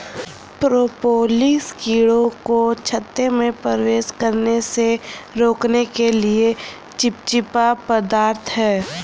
propolis कीड़ों को छत्ते में प्रवेश करने से रोकने के लिए चिपचिपा पदार्थ है